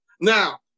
Now